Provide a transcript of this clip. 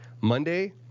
Monday